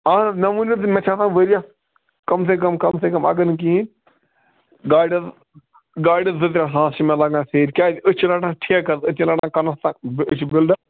اَہَن حظ مےٚ ؤنِو تُہۍ مےٚ چھِ آسان ؤریس کَم سے کَم کَم سے کَم اگر نہٕ کِہیٖنٛۍ گاڑٮ۪س گاڑِ زٕ ترٛےٚ ساس چھِ مےٚ لَگان سیٚرِ کیٛازِ أسۍ چھِ رَٹان ٹھٮ۪کس أسۍ چھِنہٕ رَٹان کَنَسٹرک أسۍ چھِ بِلڈَر